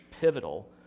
pivotal